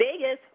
Vegas